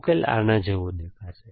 ઉકેલ આના જેવો દેખાશે